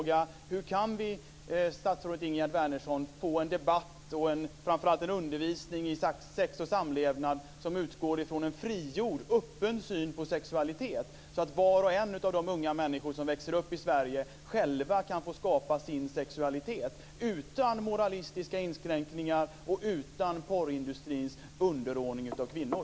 Wärnersson, få en debatt och framför allt en undervisning i sex och samlevnad som utgår från en frigjord öppen syn på sexualitet så att var och en av de unga människor som växer upp i Sverige själva kan få skapa sin sexualitet utan moralistiska inskränkningar och utan porrindustrins underordning av kvinnor?